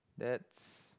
that's